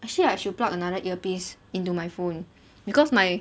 actually I should plug another earpiece into my phone because my